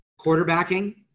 quarterbacking